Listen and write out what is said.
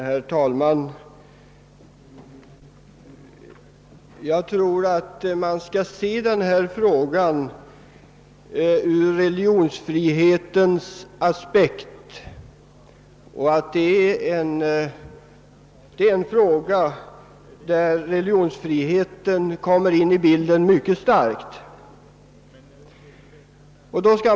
Herr talman! Om man ser på den fråga vi här diskuterar ur religionsfrihetens aspekt tror jag man skall finna att religionsfriheten kommer mycket starkt in i bilden.